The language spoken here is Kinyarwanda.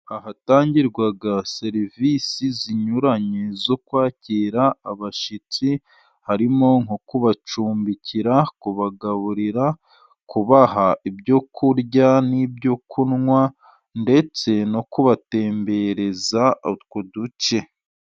Ahatangirwa serivisi zinyuranye zo kwakira abashyitsi，harimo nko kubacumbikira， kubagaburira，kubaha ibyo kurya n'ibyo kunywa， ndetse no kubatembereza utwo duce.